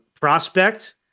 prospect